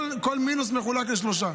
כל מינוס מחולק לשלושה.